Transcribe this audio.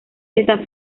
está